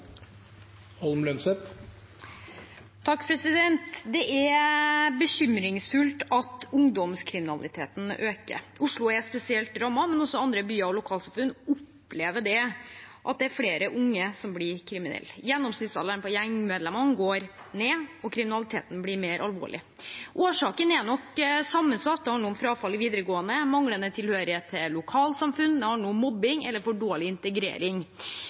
spesielt rammet, men også andre byer og lokalsamfunn opplever at det er flere unge som blir kriminelle. Gjennomsnittsalderen på gjengmedlemmene går ned, og kriminaliteten blir mer alvorlig. Årsaken er nok sammensatt. Det handler om frafall i videregående skole, manglende tilhørighet til lokalsamfunn, og det handler om mobbing eller for dårlig integrering.